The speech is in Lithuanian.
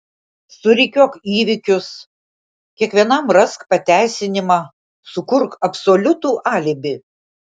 surikiuok įvykius kiekvienam rask pateisinimą sukurk absoliutų alibi